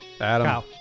Adam